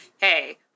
hey